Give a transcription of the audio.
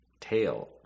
tail